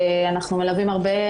אנחנו מלווים הרבה